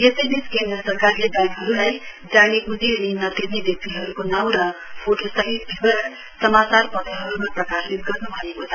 यसैबीच केन्द्र सरकारले ब्याङ्कहरूलाई जानीब्झी ऋण नतिर्ने व्यक्तिहरूको नाम र फोटो सहित विवरण समाचार पत्रहरूमा प्रकाशित गर्नु भनेको छ